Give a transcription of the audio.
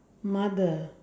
mother